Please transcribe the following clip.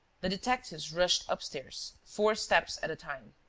the detectives rushed upstairs, four steps at a time.